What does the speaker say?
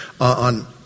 on